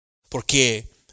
Porque